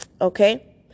okay